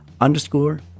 underscore